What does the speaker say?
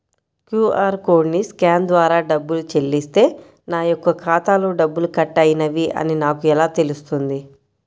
QR కోడ్ని scan ద్వారా డబ్బులు చెల్లిస్తే నా యొక్క ఖాతాలో డబ్బులు కట్ అయినవి అని నాకు ఎలా తెలుస్తుంది?